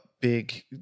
big